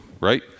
right